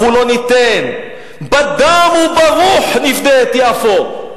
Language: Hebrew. אנחנו לא ניתן, בדם וברוח' נפדה את יפו.